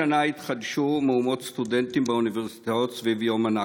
גם השנה התחדשו מהומות סטודנטים באוניברסיטאות סביב יום הנכבה.